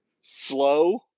slow